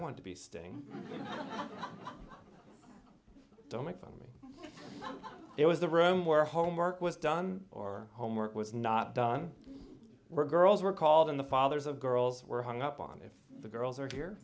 want to be sting don't make fun of me it was the room where homework was done or homework was not done were girls were called in the fathers of girls were hung up on if the girls are here